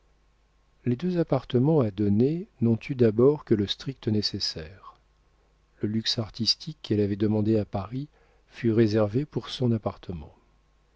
les deux appartements à donner n'ont eu d'abord que le strict nécessaire le luxe artistique qu'elle avait demandé à paris fut réservé pour son appartement